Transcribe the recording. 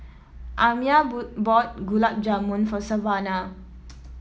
Amiah boot bought Gulab Jamun for Savana